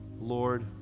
Lord